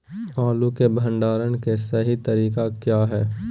आलू के भंडारण के सही तरीका क्या है?